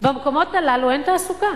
במקומות הללו אין תעסוקה,